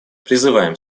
призываем